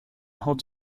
holds